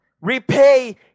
repay